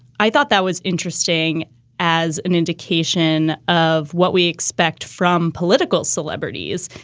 i thought that was interesting as an indication of what we expect from political celebrities.